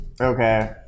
Okay